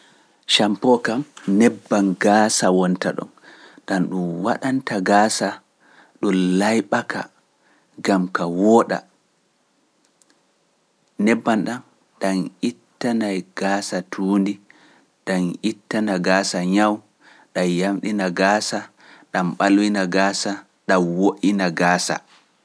Ciampo kam nebbam gaasa wonta ɗon, ɗam ɗum waɗanta gaasa ɗum layɓa ka, gam ka wooɗa. Nebbam ɗam, ɗam ittanaay gaasa tuundi, ɗam ittanaa gaasa ñawu, ɗam yamɗina gaasa, ɗam ɓalwina gaasa, ɗam woɗina gaasa.